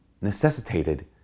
necessitated